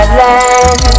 land